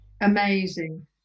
Amazing